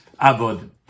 avod